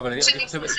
מירה, יש לך הצעה?